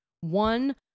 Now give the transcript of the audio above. one